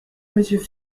monsieur